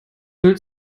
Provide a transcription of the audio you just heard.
bild